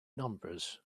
numbers